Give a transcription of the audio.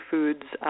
Foods